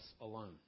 alone